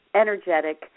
energetic